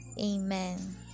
Amen